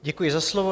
Děkuji za slovo.